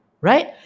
right